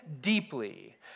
deeply